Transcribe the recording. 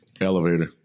elevator